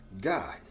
God